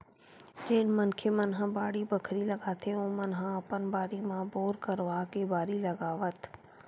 जेन मनखे मन ह बाड़ी बखरी लगाथे ओमन ह अपन बारी म बोर करवाके बारी लगावत